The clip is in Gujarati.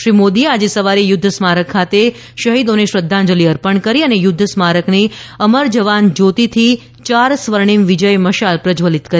શ્રી મોદીએ આજે સવારે યુદ્ધ સ્મારક ખાતે શહીદોને શ્રદ્ધાંજલિ અર્પણ કરી અને યુદ્ધ સ્મારકની અમર જવાન જ્યોતિથી યાર સ્વર્ણિમ વિજય મશાળ પ્રશ્વલિત કરી